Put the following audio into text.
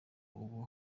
ubu